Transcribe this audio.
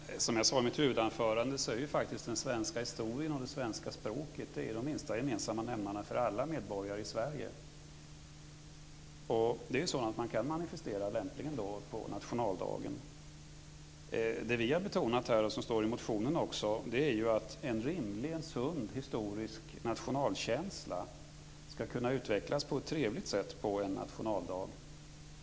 Fru talman! Som jag sade i mitt huvudanförande är den svenska historien och det svenska språket den minsta gemensamma nämnaren för alla medborgare i Sverige. Detta kan lämpligen manifesteras på nationaldagen. Det som vi har betonat och som också står i motionen är att en rimlig, sund och historisk nationalkänsla skall kunna utvecklas på ett trevligt sätt på nationaldagen.